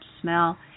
smell